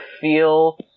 feel